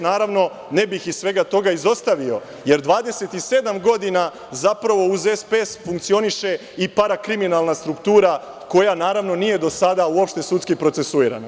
Naravno, SPS ne bih iz svega toga izostavio, jer 27 godina, zapravo, uz SPS funkcioniše i parakriminalna struktura koja, naravno, nije do sada uopšte sudski procesuirana.